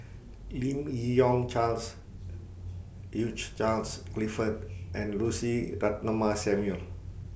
Lim Yi Yong Charles Hugh Charles Clifford and Lucy Ratnammah Samuel